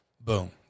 Boom